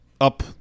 up